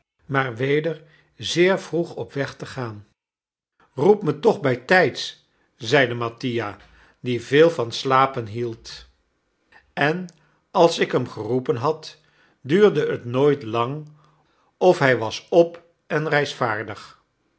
maar weder zeer vroeg op weg te gaan roep me toch bijtijds zeide mattia die veel van slapen hield en als ik hem geroepen had duurde het nooit lang of hij was op en